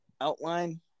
outline